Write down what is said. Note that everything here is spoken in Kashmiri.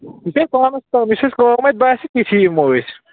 یہِ چھُ تۄہہِ پانَس تام یُس اَسہِ کٲم اَتہِ باسہِ تِتھی یِمو أسۍ